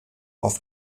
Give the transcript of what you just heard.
auf